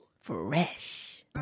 Fresh